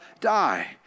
die